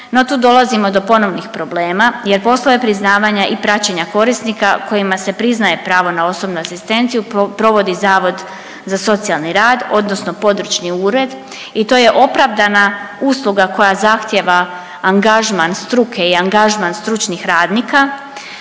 no tu dolazimo do ponovnih problema jer poslove priznavanja i praćenja korisnika kojima se priznaje pravo na osobnu asistenciju provodi zavod za socijalni rad odnosno područni ured i to je opravdana usluga koja zahtijeva angažman struke i angažman stručnih radnika,